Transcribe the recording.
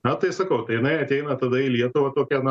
na tai sakau tai jinai ateina tada į lietuvą tokia